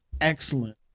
excellent